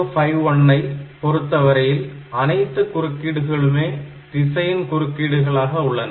8051 ஐ பொறுத்தவரையில் அனைத்து குறுக்கீடுகளுமே திசையன் குறுக்கீடுகளாக உள்ளன